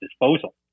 disposal